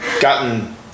gotten